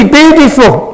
beautiful